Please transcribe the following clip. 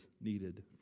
needed